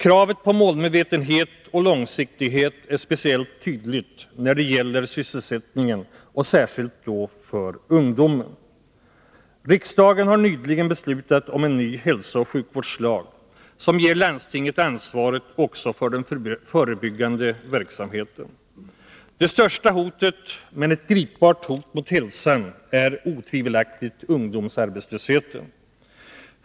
Kravet på målmedvetenhet och långsiktighet är speciellt tydligt när det gäller sysselsättningen, särskilt då för ungdomen. Riksdagen har nyligen beslutat om en ny hälsooch sjukvårdslag som ger landstingen ansvaret också för den förebyggande verksamheten. Det största hotet — men ett gripbart hot — mot hälsan är otvivelaktigt ungdomsarbetslösheten.